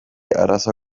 arazoa